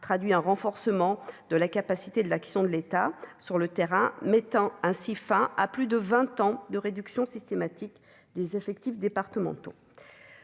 traduit un renforcement de la capacité de l'action de l'État sur le terrain, mettant ainsi fin à plus de 20 ans de réduction systématique des effectifs départementaux,